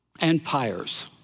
Empires